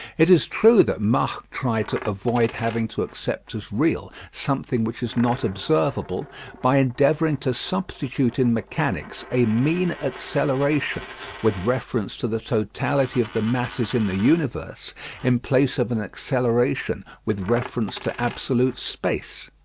it is true that mach tried to avoid having to accept as real something which is not observable by endeavouring to substitute in mechanics a mean acceleration with reference to the totality of the masses in the universe in place of an acceleration with reference to absolute space.